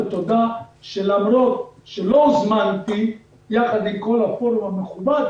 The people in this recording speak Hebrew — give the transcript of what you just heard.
ותודה שלמרות שלא הוזמנתי ביחד עם כל הפורום המכובד